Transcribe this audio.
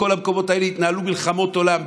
בכל המקומות האלו התנהלו מלחמות עולם,